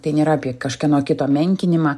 tai nėra apie kažkieno kito menkinimą